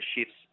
shifts